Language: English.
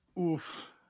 Oof